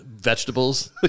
vegetables